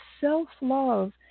self-love